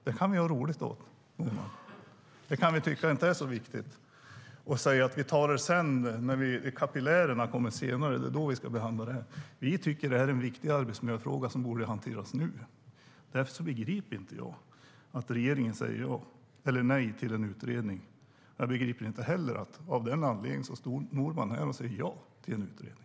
Det kan vi ha roligt åt, tycka inte är så viktigt och säga: Vi tar det sedan, kapillärerna kommer senare. Vi tycker att det är en viktig arbetsmiljöfråga som borde hanteras nu. Jag begriper inte att regeringen säger nej till en utredning. Jag begriper inte heller hur Norman då kan stå här och säga ja till en utredning.